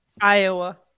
Iowa